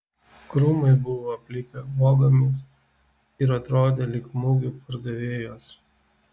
krūmai buvo aplipę uogomis ir atrodė lyg mugių pardavėjos